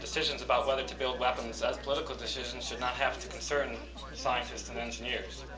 decisions about whether to build weapons as political decisions should not have to concern scientists and engineers.